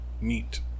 neat